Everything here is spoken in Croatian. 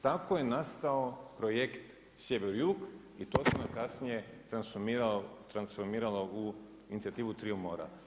Tako je nastao projekt sjever-jug i to se onda kasnije transformiralo u inicijativu triju mora.